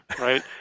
right